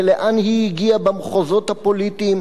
ולאן היא הגיעה במחוזות הפוליטיים,